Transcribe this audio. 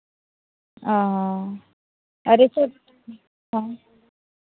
ᱚ ᱟᱹᱰᱤ ᱠᱚ ᱦᱮᱸ